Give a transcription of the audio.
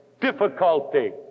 difficulty